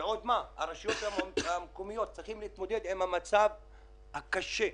ועוד הרשויות המקומיות צריכות להתמודד עם המצב הקשה,